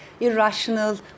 irrational